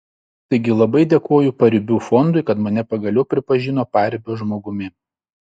taigi labai dėkoju paribių fondui kad mane pagaliau pripažino paribio žmogumi